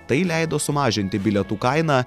tai leido sumažinti bilietų kainą